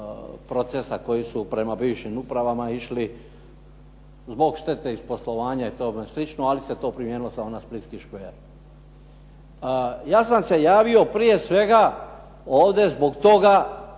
procesa koji su prema bivšim upravama išli, zbog štete iz poslovanja i tome slično, ali se to primijenilo samo na splitski škver. Ja sam se javio prije svega ovdje zbog toga